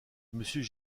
monsieur